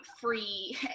free